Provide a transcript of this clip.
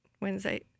Wednesday